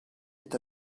est